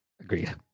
Agreed